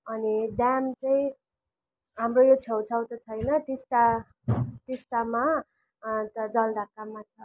अनि ड्याम चाहिँ हाम्रो यो छेउछाउ त छैन टिस्टा टिस्टामा अन्त जलढाकामा छ